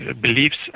beliefs